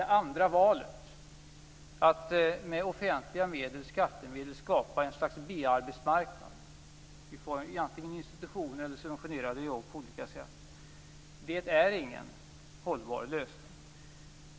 Det andra valet, att med offentliga medel, skattemedel, skapa ett slags B-arbetsmarknad i form av subventionerade jobb, är ingen hållbar lösning.